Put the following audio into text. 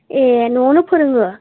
ए न'आवनो फोरोङो